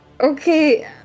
okay